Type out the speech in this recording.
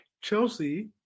Chelsea